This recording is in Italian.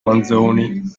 manzoni